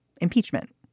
Impeachment